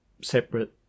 separate